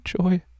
joy